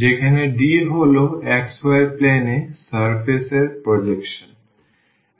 যেখানে D হল xy plane এ সারফেস এর প্রজেকশন